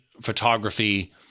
photography